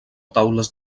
taules